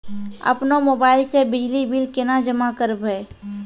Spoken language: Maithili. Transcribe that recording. अपनो मोबाइल से बिजली बिल केना जमा करभै?